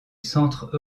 centre